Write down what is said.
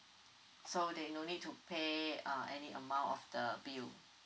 so that you no need to pay ah any amount of the bill